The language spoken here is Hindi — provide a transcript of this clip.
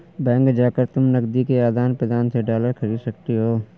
बैंक में जाकर तुम नकदी के आदान प्रदान से डॉलर खरीद सकती हो